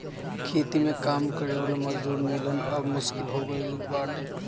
खेती में काम करे वाला मजूर मिलल अब मुश्किल हो गईल बाटे